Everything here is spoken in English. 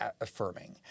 affirming